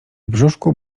brzuszku